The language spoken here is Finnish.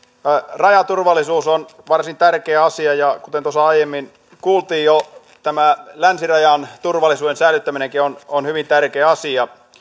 rajaturvallisuus on varsin tärkeä asia ja kuten tuossa aiemmin kuultiin jo tämä länsirajankin turvallisuuden säilyttäminen on on hyvin tärkeä asia